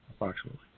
approximately